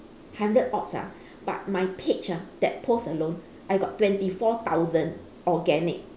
hundred odds ah but my page ah that post alone I got twenty four thousand organic